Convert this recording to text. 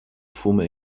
former